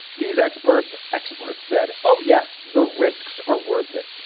these experts, experts said, oh, yes, the risks are worth it.